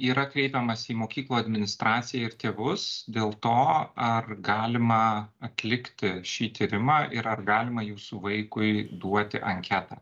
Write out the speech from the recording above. yra kreipiamasi į mokyklų administraciją ir tėvus dėl to ar galima atlikti šį tyrimą ir ar galima jūsų vaikui duoti anketą